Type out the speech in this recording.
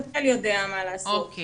משרד הבריאות קיבל הודעה על אדם שרוצה